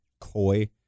coy